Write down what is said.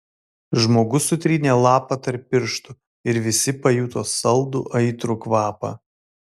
žmogus sutrynė lapą tarp pirštų ir visi pajuto saldų aitrų kvapą